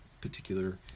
particular